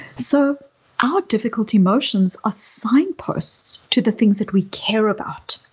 so our difficult emotions are signposts to the things that we care about.